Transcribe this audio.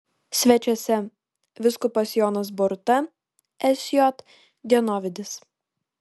svečiuose vyskupas jonas boruta sj dienovidis